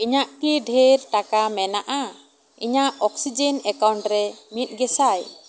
ᱤᱧᱟ ᱜ ᱠᱤ ᱰᱷᱮᱨ ᱴᱟᱠᱟ ᱢᱮᱱᱟᱜᱼᱟ ᱤᱧᱟ ᱜ ᱚᱠᱥᱤᱡᱮᱱ ᱮᱠᱟᱣᱩᱱᱴ ᱨᱮ ᱢᱤᱫ ᱜᱮᱥᱟᱭ